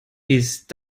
ist